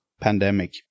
Pandemic